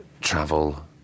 travel